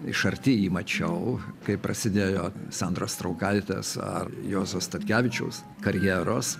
iš arti jį mačiau kai prasidėjo sandros straukaitės ar juozo statkevičiaus karjeros